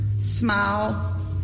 smile